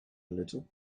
little